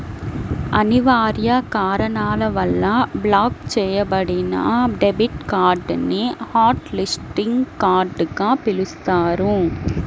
అనివార్య కారణాల వల్ల బ్లాక్ చెయ్యబడిన డెబిట్ కార్డ్ ని హాట్ లిస్టింగ్ కార్డ్ గా పిలుస్తారు